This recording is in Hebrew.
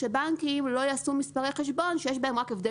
בנקים לא יעשו מספרי חשבון שיש בהם רק הבדל